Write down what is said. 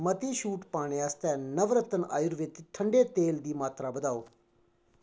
मती छूट पाने आस्तै नवरत्न आयुर्वेदक ठंडे तेल दी मात्तरा बधाओ